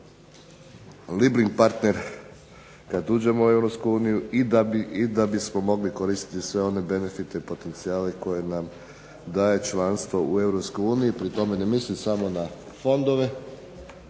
libring partner kad uđemo u Europsku uniju i da bismo mogli koristiti sve one benefite i potencijale koje nam daje članstvo u Europskoj uniji. Pri tome ne mislim samo na fondove